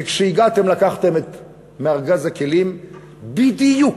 כי כשהגעתם לקחתם מארגז הכלים בדיוק,